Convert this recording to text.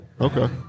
Okay